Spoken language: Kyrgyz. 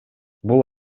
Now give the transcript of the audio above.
бул